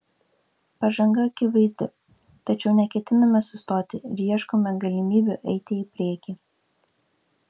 pažanga akivaizdi tačiau neketiname sustoti ir ieškome galimybių eiti į priekį